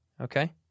Okay